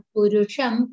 Purusham